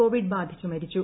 Covid ബാധിച്ച് മരിച്ചു